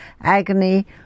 agony